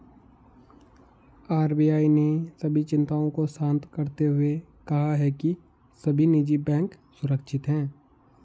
RBI ने सभी चिंताओं को शांत करते हुए कहा है कि सभी निजी बैंक सुरक्षित हैं